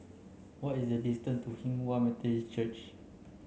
what is the distance to Hinghwa Methodist Church